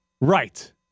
Right